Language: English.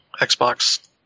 Xbox